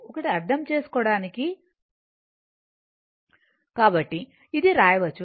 ఒకటి అర్థం చేసుకోవడానికి కాబట్టి ఇది వ్రాయొచ్చు